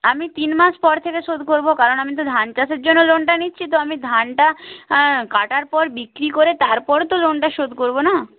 আমি তিন মাস পর থেকে শোধ করব কারণ আমি তো ধান চাষের জন্য লোনটা নিচ্ছি তো আমি ধানটা কাটার পর বিক্রি করে তার পরে তো লোনটা শোধ করব না